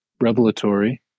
revelatory